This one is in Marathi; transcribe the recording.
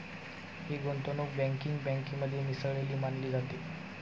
ही गुंतवणूक बँकिंग बँकेमध्ये मिसळलेली मानली जाते